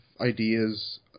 ideas